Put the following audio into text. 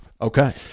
Okay